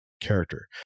character